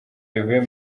bivuye